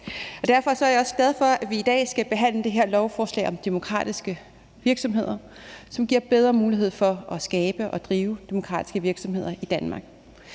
Derfor er jeg også glad for, at vi i dag skal behandle det her lovforslag om demokratiske virksomheder, som giver bedre mulighed for at skabe og drive demokratiske virksomheder i Danmark.